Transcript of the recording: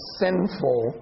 sinful